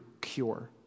cure